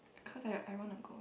cause I I want to go